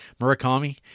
Murakami